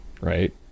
right